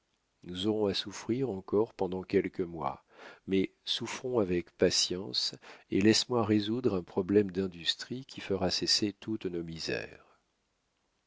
nous aurons à souffrir encore pendant quelques mois mais souffrons avec patience et laisse-moi résoudre un problème d'industrie qui fera cesser toutes nos misères